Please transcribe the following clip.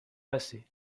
passé